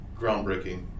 groundbreaking